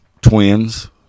twins